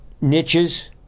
niches